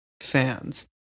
fans